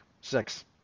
Six